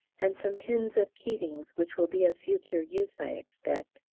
and some tins of keating's, which will be of future use, i expect.